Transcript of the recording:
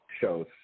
shows